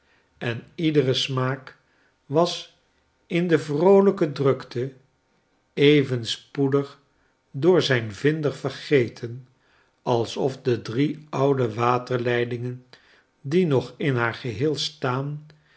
en iedere smaak was in de vroolijke drukte even spoedig door zijn vinder vergeten alsof de drie oude waterleidingen die nog in haar geheel staan